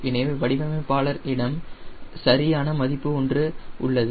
எனவே வடிவமைப்பாளர் இடம் சரியான மதிப்பு ஒன்று உள்ளது